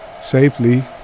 safely